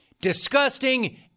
Disgusting